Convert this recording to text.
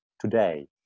today